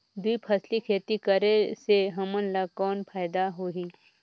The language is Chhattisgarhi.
दुई फसली खेती करे से हमन ला कौन फायदा होही?